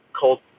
cold